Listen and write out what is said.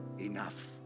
enough